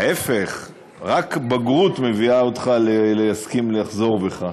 ההפך, רק בגרות מביאה אותך להסכים לחזור בך,